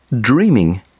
dreaming